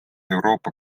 euroopa